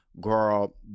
girl